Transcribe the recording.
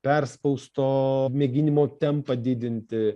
perspausto mėginimo tempą didinti